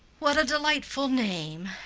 what a delightful name!